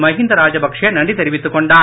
மகிந்த ராஜபக்சே நன்றி தெரிவித்துக் கொண்டார்